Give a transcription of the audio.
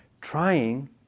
trying